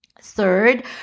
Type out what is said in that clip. Third